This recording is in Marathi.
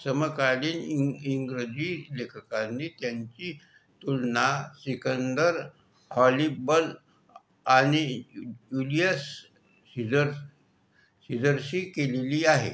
समकालीन इं इंग्रजी लेखकांनी त्यांची तुलना सिकंदर हॉलीबल आणि युलियस सीझर सीझरशी केलेली आहे